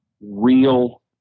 real